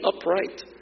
upright